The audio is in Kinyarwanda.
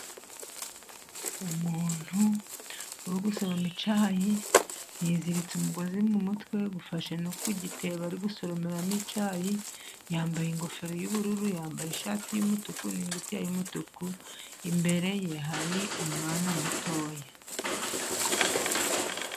Umuntu uri gusoroma icyayi, yiziritse umugozi mu mutwe ufashe no ku gitebo ari gusoromeramo icyayi, yambaye ingofero y'ubururu, yambaye ishati y'umutuku, n'ingutiya y'umutuku, imbere ye hari umwana mutoya.